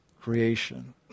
creation